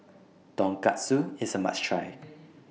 Tonkatsu IS A must Try